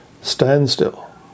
standstill